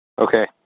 Okay